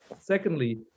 Secondly